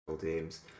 teams